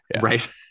right